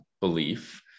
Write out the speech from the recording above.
belief